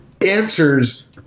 answers